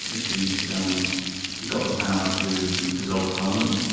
ah she's um got the power to dissolve parliament,